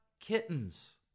kittens